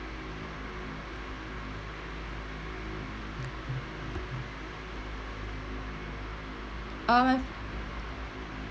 uh my fir~